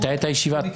מתי הייתה הישיבה?